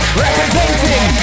representing